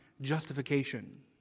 justification